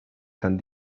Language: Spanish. san